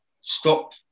stop